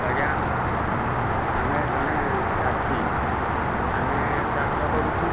ଆଜ୍ଞା ଆମେ ଜଣେ ଚାଷୀ ଆମେ ଚାଷ କରୁଛୁ